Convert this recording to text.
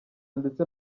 ndetse